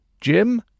Jim